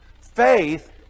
Faith